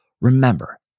remember